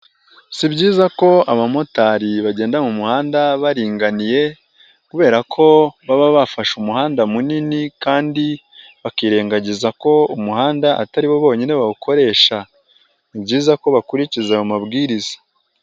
Si byiza ko abamotari bagenda mu muhanda baringaniye kubera ko baba bafashe umuhanda munini kandi bakirengagiza ko umuhanda atari bo bonyine bawukoresha, ni byiza ko bakurikiza ayo mabwiriza.